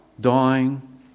dying